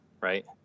right